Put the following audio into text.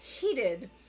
Heated